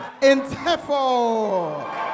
Intefo